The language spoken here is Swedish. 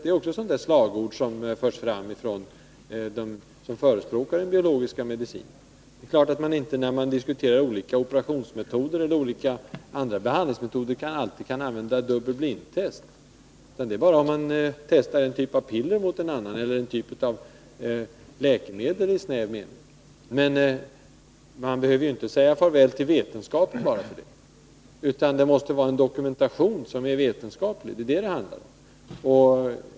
— Det är också ett sådant där slagord som förts fram från dem som är förespråkare för den biologiska medicinen. Det är klart att man inte, när man diskuterar olika operationsmetoder eller olika arbetsmetoder, alltid kan använda dubbel blindtest, utan det är bara när man testar exempelvis en typ av piller mot en annan typ av piller eller läkemedel i snäv mening som man kan göra det. Man behöver ju inte säga farväl till vetenskapen bara för det. Vad det handlar om är, att det måste vara en vetenskaplig dokumentation.